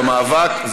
במאבק,